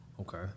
Okay